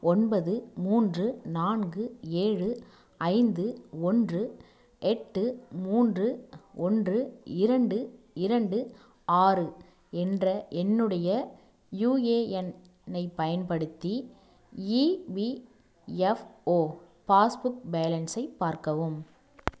ஒன்பது மூன்று நான்கு ஏழு ஐந்து ஒன்று எட்டு மூன்று ஒன்று இரண்டு இரண்டு ஆறு என்ற என்னுடைய யூஏஎன் எண்ணைப் பயன்படுத்தி இபிஃஎப்ஒ பாஸ்புக் பேலன்ஸை பார்க்கவும்